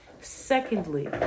Secondly